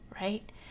right